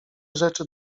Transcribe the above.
rzeczy